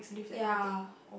ya